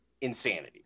insanity